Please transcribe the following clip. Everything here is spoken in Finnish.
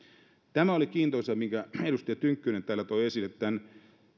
tämä oli kiintoisaa minkä edustaja tynkkynen täällä toi esille tämän